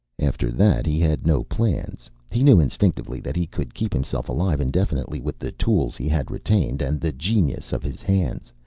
after that he had no plans. he knew instinctively that he could keep himself alive indefinitely with the tools he had retained, and the genius of his hands.